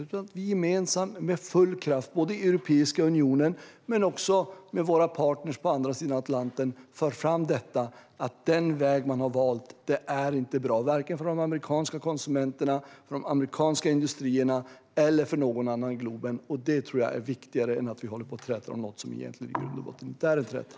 I stället bör vi gemensamt och med full kraft, både i Europeiska unionen och med våra partner på andra sidan Atlanten, föra fram att den väg man har valt inte är bra vare sig för de amerikanska konsumenterna och de amerikanska industrierna eller för någon annan på globen. Jag tror att detta är viktigare än att vi håller på och träter om något som i grund och botten inte är någon träta.